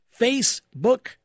Facebook